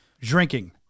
Drinking